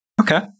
Okay